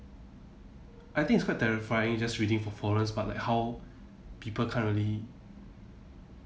I think it's quite terrifying just reading for but like how people can't really